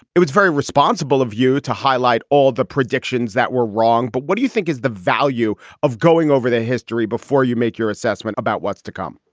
it was very responsible of you to highlight all the predictions that were wrong. but what do you think is the value of going over the history before you make your assessment about what's to come?